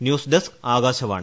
news desk Akashvani